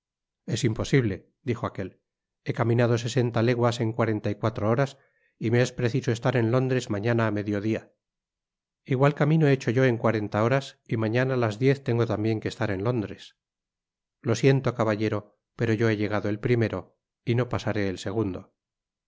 es imposible dijo aquél he caminado sesenta leguas en cuarenta y cuatro horas y me es preciso estar en londres mañana á medio dia igual camino he hecho yo en cuarenta horas y mañana á las diez tengo tambien que estar en londres lo siento caballero pero yo he llegado el primero y no pasaré el segundo